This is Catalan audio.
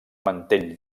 mantell